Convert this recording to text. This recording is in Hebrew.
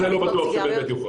גם זה לא בטוח שבאמת יוחרג.